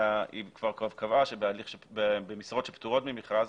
אלא היא כבר קבעה שבמשרות שפטורות ממכרז